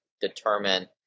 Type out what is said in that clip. determine